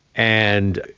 and